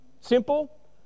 Simple